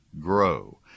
grow